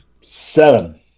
Seven